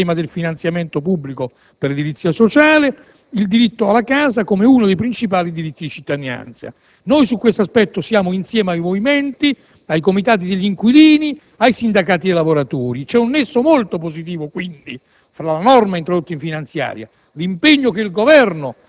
Va quindi riproposto il tema del finanziamento pubblico per l'edilizia sociale e del diritto alla casa come uno dei principali diritti di cittadinanza. Su questo aspetto ci uniamo ai movimenti, ai comitati degli inquilini e ai sindacati dei lavoratori. C'è un nesso molto positivo fra la norma introdotta in finanziaria,